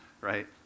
right